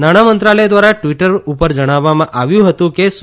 નાણા મંત્રાલય દ્વારા ટીવટર ઉપર જણાવવામાં આવ્યું હતું કે સુ